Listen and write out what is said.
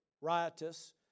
riotous